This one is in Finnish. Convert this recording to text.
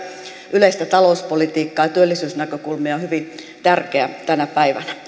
yleistä talouspolitiikkaa ja työllisyysnäkökulmia on hyvin tärkeä tänä päivänä